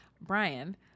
Brian